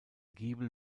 giebel